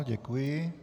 Děkuji.